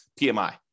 PMI